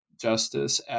justice